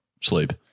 sleep